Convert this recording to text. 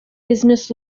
business